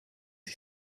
ich